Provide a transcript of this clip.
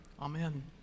amen